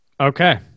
okay